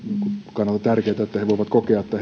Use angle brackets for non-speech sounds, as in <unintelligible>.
kannalta tärkeitä että he voivat kokea että <unintelligible>